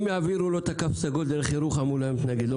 אם יעבירו לו את הקו הסגול דרך ירוחם הוא לא היה מתנגד,